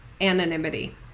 anonymity